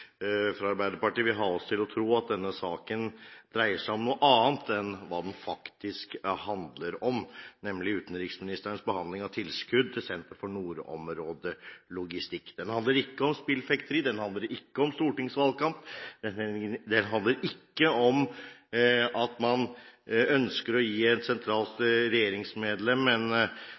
fra Arbeiderpartiet vil ha oss til å tro at denne saken dreier seg om noe annet enn hva den faktisk handler om, nemlig om utenriksministerens behandling av tilskudd til Senter for nordområdelogistikk. Den handler ikke om spillfekteri, den handler ikke om stortingsvalgkamp, den handler ikke om at man ønsker å gi et sentralt regjeringsmedlem